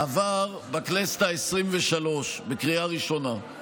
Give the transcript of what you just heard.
עבר בכנסת העשרים-ושלוש בקריאה ראשונה,